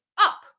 up